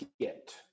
get